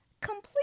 complete